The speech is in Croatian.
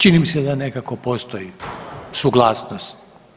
Čini mi se da nekako postoji suglasnost.